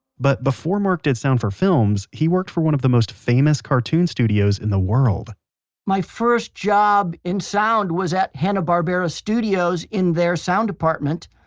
but before mark did sound for films, he worked for one of the most famous cartoon studios in the world my first job in sound was at hanna-barbera studios in their sound department.